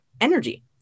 energy